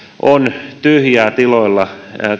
on tyhjää tiloilla